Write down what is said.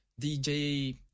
DJ